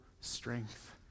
strength